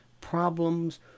problems